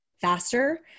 faster